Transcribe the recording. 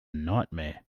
nightmare